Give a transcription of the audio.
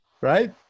Right